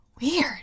Weird